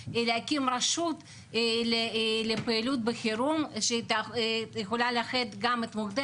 צורך להקים רשות לפעילות בחירום שיכול לאחד גם את מוקדי